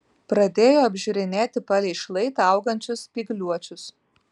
pradėjo apžiūrinėti palei šlaitą augančius spygliuočius